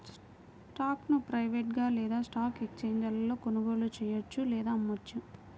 స్టాక్ను ప్రైవేట్గా లేదా స్టాక్ ఎక్స్ఛేంజీలలో కొనుగోలు చెయ్యొచ్చు లేదా అమ్మొచ్చు